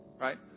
Right